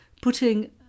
putting